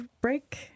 break